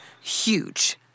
huge